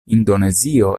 indonezio